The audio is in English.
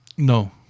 No